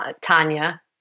Tanya